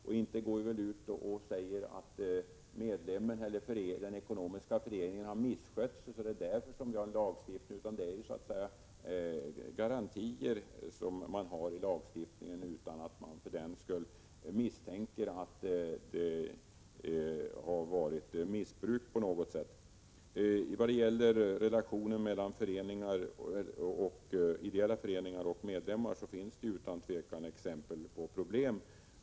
Vi motiverar ju inte lagstiftningen för de ekonomiska föreningarna med att medlemmarna har misskött sig, utan de garantier som skapats genom lagstiftningen har tillkommit utan att man för den skull misstänker att det har förekommit missbruk på något sätt. Vad gäller relationen mellan ideella föreningar och deras medlemmar finns det utan tvivel exempel på problem.